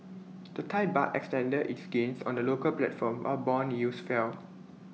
the Thai Baht extended its gains on the local platform while Bond yields fell